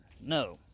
No